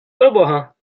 proboha